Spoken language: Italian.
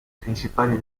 principali